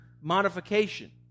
modification